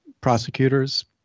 prosecutors